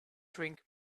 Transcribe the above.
drink